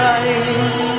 eyes